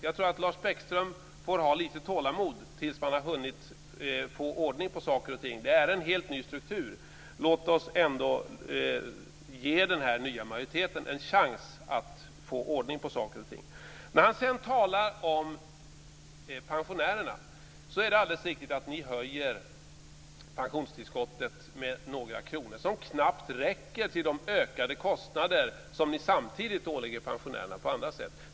Jag tror att Lars Bäckström får ha lite tålamod tills man har hunnit få ordning på saker och ting. Det är en helt ny struktur. Låt oss ändå ge den här nya majoriteten en chans att få ordning på saker och ting. Sedan talar han om pensionärerna. Det är alldeles riktigt att ni höjer pensionstillskottet med några kronor - som knappt räcker till de ökade kostnader som ni samtidigt ålägger pensionärerna på andra sätt.